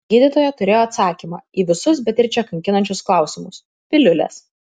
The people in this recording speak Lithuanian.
gydytoja turėjo atsakymą į visus beatričę kankinančius klausimus piliulės